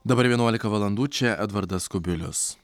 dabar vienuolika valandų čia edvardas kubilius